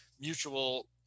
mutual